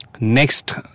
next